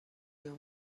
you